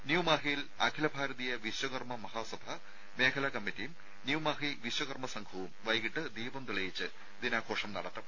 new മാഹിയിൽ അഖില ഭാരതീയ വിശ്വകർമ്മ മഹാസഭ മേഖലാ കമ്മിറ്റിയും ന്യൂ മാഹി വിശ്വകർമ്മ സംഘവും വൈകിട്ട് ദീപം തെളിയിച്ച് ദിനാഘോഷം നടത്തും